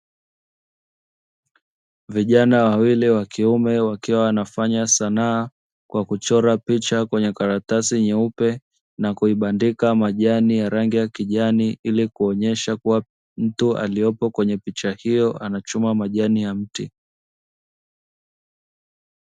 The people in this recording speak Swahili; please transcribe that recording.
Vijana wawili wa kiume wakiwa wanafanya sanaa kwa kuchora picha kwenye karatasi nyeupe na kuibandika majani ili kuonyesha mtu aliyepo kwenye picha hiyo anachuma majani ya mti.